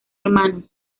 hermanos